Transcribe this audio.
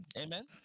Amen